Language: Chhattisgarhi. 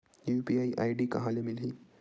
यू.पी.आई आई.डी कहां ले मिलही?